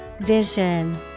Vision